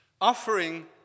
offering